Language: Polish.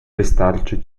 wystarczy